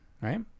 right